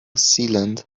sealant